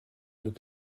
avec